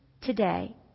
today